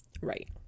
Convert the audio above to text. Right